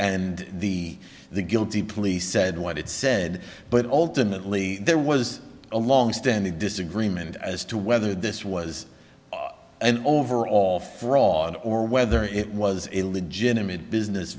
and the the guilty plea said what it said but ultimately there was a longstanding disagreement as to whether this was an over all fraud or whether it was a legitimate business